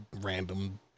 random